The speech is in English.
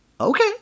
okay